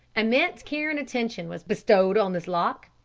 immense care and attention was bestowed on this lock.